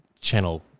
channel